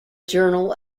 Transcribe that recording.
journal